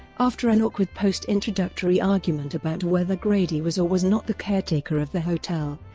after an awkward post-introductory argument about whether grady was or was not the caretaker of the hotel,